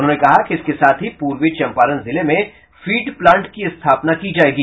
उन्होंने कहा कि इसके साथ ही पूर्वी चंपारण जिले में फीड प्लान्ट की स्थापना की जायेगी